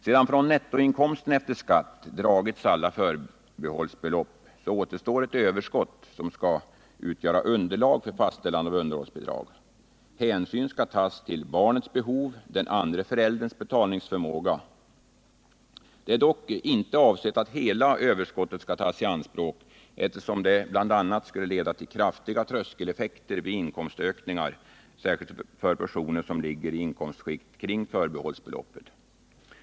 Sedan från nettoinkomsten efter skatt dragits alla förbehållsbelopp återstår ett överskott som utgör underlag för fastställande av underhållsbidrag. Hänsyn tas därvid till barnets behov och den andra förälderns betalningsförmåga. Det är dock inte avsett att hela överskottet skall tas i anspråk, eftersom det bl.a. skulle leda till kraftiga tröskeleffekter vid inkomstökningar, särskilt för personer som ligger i inkomstskikten kring förbehållsbeloppet.